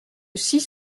six